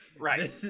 Right